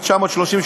1938,